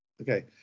Okay